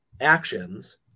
actions